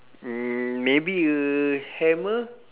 m~ maybe a hammer